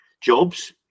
jobs